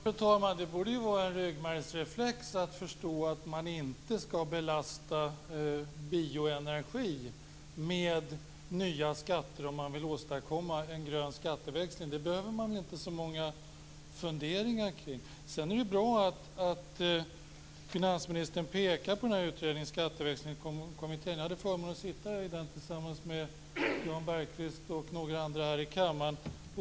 Fru talman! Det borde vara en ryggmärgsreflex att förstå att man inte ska belasta bioenergi med nya skatter om man vill åstadkomma en grön skatteväxling. Det behöver man väl inte så många funderingar kring. Sedan är det bra att finansministern pekar på den utredning som Skatteväxlingskommittén gjorde. Jag hade förmånen att sitta i den kommittén tillsammans med Jan Bergqvist och några andra här i kammaren.